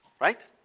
Right